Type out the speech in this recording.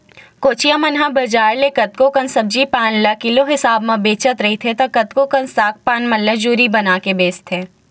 कोचिया मन ह बजार त कतको कन सब्जी पान ल किलो हिसाब म बेचत रहिथे त कतको कन साग पान मन ल जूरी बनाके बेंचथे